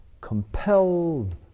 compelled